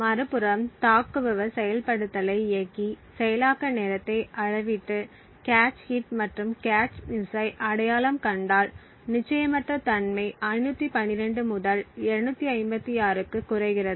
மறுபுறம் தாக்குபவர் செயல்படுத்தலை இயக்கி செயலாக்க நேரத்தை அளவிட்டு கேச் ஹிட் மற்றும் கேச் மிஸ்ஸை அடையாளம் கண்டால் நிச்சயமற்ற தன்மை 512 முதல் 256 க்கு குறைகிறது